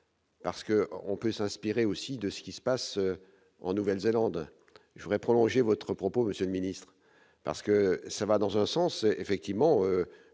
parce que on peut s'inspirer aussi de ce qui se passe en Nouvelle-Zélande, je voudrais prolonger votre propos Monsieur Ministre parce que ça va dans un sens effectivement